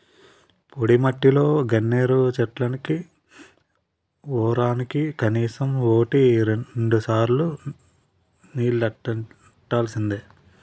పొడిమట్టిలో గన్నేరు చెట్లకి వోరానికి కనీసం వోటి రెండుసార్లు నీల్లెట్టాల్సిందే